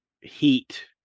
heat